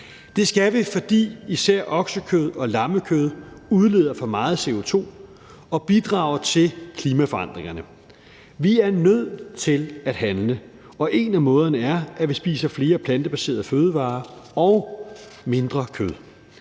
Det skal vi, fordi især oksekød og lammekød udleder for meget CO2 og bidrager til klimaforandringerne. Vi er nødt til at handle, og én af måderne er, at vi spiser flere plantebaserede fødevarer og mindre kød.